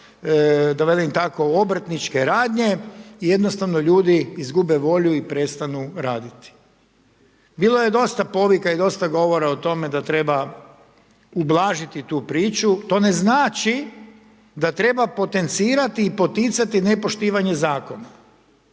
da velim tako obrtničke radnje i jednostavno ljudi izgube volju i prestanu raditi. Bilo je dosta povika i dosta govora o tome da treba ublažiti tu priču, to ne znači da treba potencirati i poticati nepoštivanje zakona.